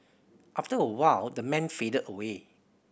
after a while the man faded away